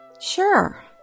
Sure